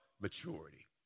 maturity